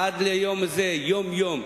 עד ליום זה, יום-יום,